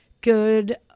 Good